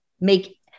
make